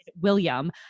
William